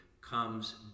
comes